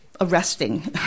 arresting